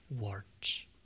words